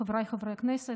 חבריי חברי הכנסת,